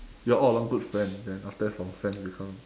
you are all along good friend then after that from friend become